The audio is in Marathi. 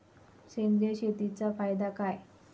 सेंद्रिय शेतीचा फायदा काय?